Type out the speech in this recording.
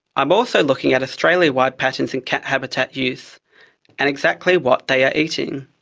i'm also looking at australia-wide patterns in cat habitat use and exactly what they are eating.